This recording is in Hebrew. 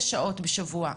בשבוע?